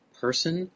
person